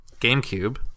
GameCube